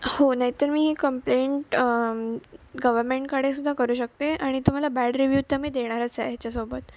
हो नाहीतर मी ही कंप्लेंट गव्हर्नमेंटकडेसुद्धा करू शकते आणि तुम्हाला बॅड रीव्यू तर मी देणारच आहे याच्यासोबत